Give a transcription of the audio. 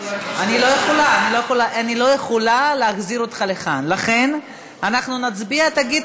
כי פה העניין רגיש.